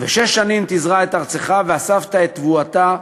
"ושש שנים תזרע את ארצך ואספת את תבואתה,